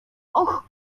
och